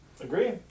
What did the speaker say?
Agree